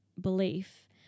belief